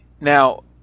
Now